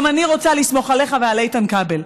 גם אני רוצה לסמוך עליך ועל איתן כבל,